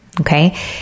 Okay